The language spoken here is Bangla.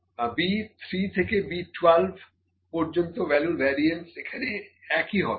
B 3 থেকে B 12 পর্য্যন্ত ভ্যালুর ভ্যারিয়েন্স এখানে একই হবে